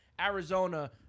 Arizona